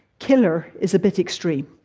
killer is a bit extreme,